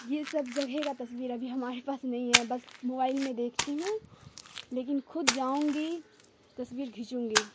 یہ سب جگہ کا تصویر ابھی ہمارے پاس نہیں ہے بس موبائل میں دیکھتی ہوں لیکن خود جاؤں گی تصویر کھینچوں گی